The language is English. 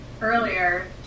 Earlier